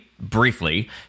briefly